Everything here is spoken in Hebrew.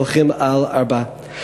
ההולכים על ארבע.